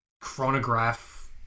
chronograph